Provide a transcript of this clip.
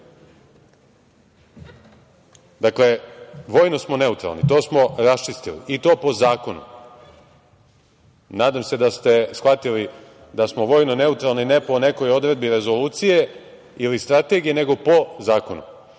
Dakle, vojno smo neutralni, to smo raščistili, i to po zakonu. Nadam se da ste shvatili da smo vojno neutralni, ne po nekoj odredbi rezolucije ili strategije, nego po zakonu. Još